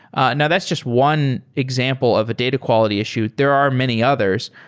ah now, that's just one example of a data quality issue. there are many others.